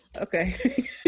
Okay